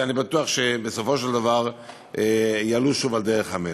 ואני בטוח שבסופו של דבר יעלו שוב על דרך המלך.